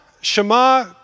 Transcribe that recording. shema